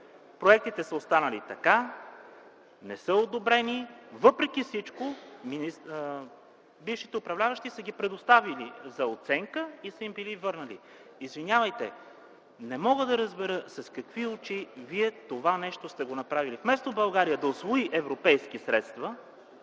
Проектите са останали така. Не са одобрени. Въпреки всичко бившите управляващи са ги предоставяли за оценка и са им били върнати. Извинявайте, не мога да разбера с какви очи вие сте направили това нещо – вместо България да усвои европейски средства,